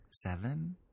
seven